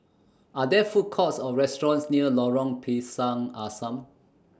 Are There Food Courts Or restaurants near Lorong Pisang Asam